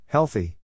Healthy